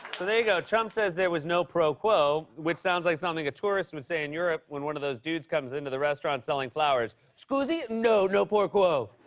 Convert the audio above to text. there you go. trump says there was no pro quo, which sounds like something a tourist would say in europe when one of those dudes comes into the restaurant, selling flowers. scuzi? no, no pro quo.